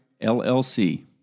LLC